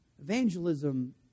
Evangelism